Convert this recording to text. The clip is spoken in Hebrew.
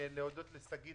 להודות גם לשגית,